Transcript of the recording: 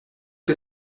que